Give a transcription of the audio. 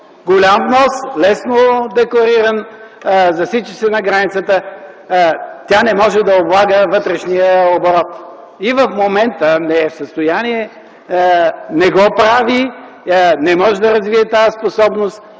голям внос, лесно деклариран, засича се на границата. Тя не може да облага вътрешния оборот. И в момента не е в състояние, не го прави, не може да развие тази способност.